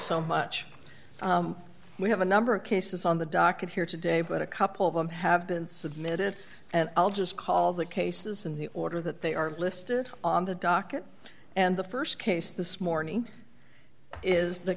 so much we have a number of cases on the docket here today but a couple of them have been submitted and i'll just call the cases in the order that they are listed on the docket and the st case this morning is the